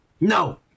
No